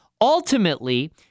ultimately